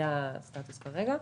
זה הסטטוס כרגע.